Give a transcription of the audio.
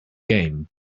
game